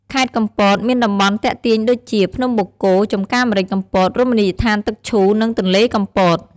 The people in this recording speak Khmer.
ខេត្តកំពតមានតំបន់ទាក់ទាញដូចជា ភ្នំបូកគោ ចំការម្រេចកំពត រមណីយដ្ឋានទឹកឈូ និងទន្លេកំពត។